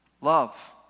Love